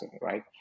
right